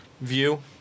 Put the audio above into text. view